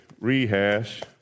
rehash